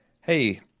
hey